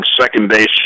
second-base